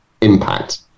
impact